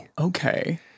Okay